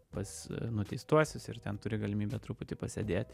pas nuteistuosius ir ten turi galimybę truputį pasėdėti